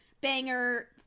banger